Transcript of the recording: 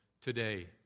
today